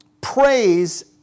praise